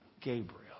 Gabriel